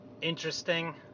interesting